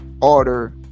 order